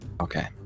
Okay